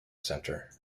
centre